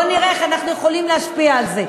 בואו נראה איך אנחנו יכולים להשפיע על זה.